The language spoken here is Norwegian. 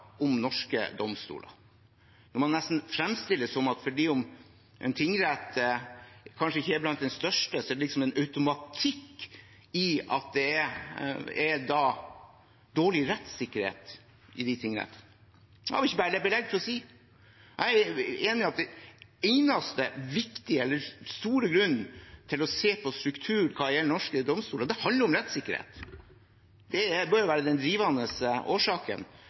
norske domstoler når man nesten fremstiller det som at fordi en tingrett kanskje ikke er blant de største, er det liksom en automatikk i at det er dårlig rettssikkerhet i tingretten. Det er det ikke belegg for å si. Jeg er enig i at den eneste viktige, store grunnen til å se på strukturen hva gjelder norske domstoler, handler om rettssikkerhet. Det bør være den drivende årsaken.